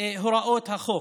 הוראות החוק.